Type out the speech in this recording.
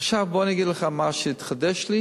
עכשיו אני אגיד לך מה שהתחדש לי